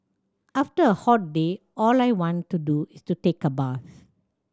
after a hot day all I want to do is take a bath